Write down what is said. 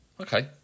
Okay